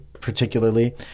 particularly